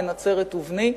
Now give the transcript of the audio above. בן נצרת ובני".